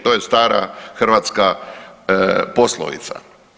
To je stara hrvatska poslovica.